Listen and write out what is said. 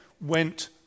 went